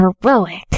heroic